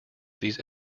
these